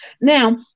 Now